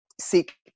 seek